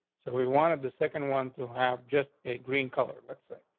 so we wanted the second one to have just a green color. let's say,